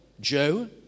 Joe